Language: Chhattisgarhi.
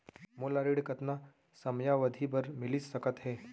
मोला ऋण कतना समयावधि भर मिलिस सकत हे?